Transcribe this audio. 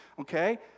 Okay